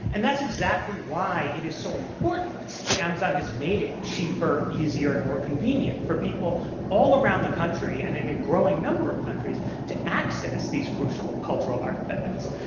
and that's exactly why it is so important that amazon has made it cheaper, easier, and more convenient for people all around the country and in a growing number of countries, to access these crucial cultural artifacts.